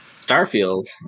Starfield